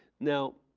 now